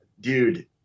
dude